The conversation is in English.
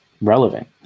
relevant